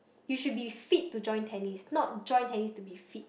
you should be fit to join tennis not join tennis to be fit